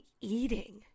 eating